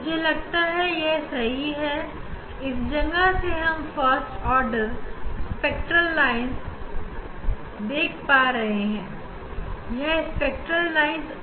मुझे लगता है कि इस जगह हमें फ़र्स्ट ऑर्डर स्पेक्ट्रेल लाइंस मिल रही है और और इसमें अनेक स्पेक्ट्रेल लाइन है